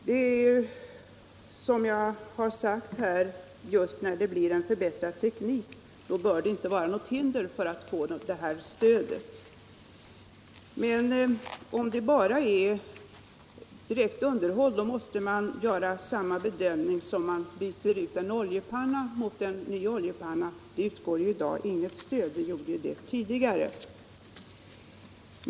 När bytet innebär en förbättrad teknik bör det inte finnas något hinder för att få stödet. Men om det bara är fråga om ett byte av anordning måste man göra samma bedömning som vid byte av oljepanna. Till det utgår i dag inget stöd, som det gjorde tidigare.